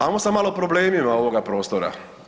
Ajmo sad malo o problemima ovoga prostora.